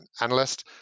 analyst